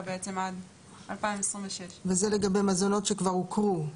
עד 2026. וזה לגבי מזונות שכבר הוכרו.